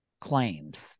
claims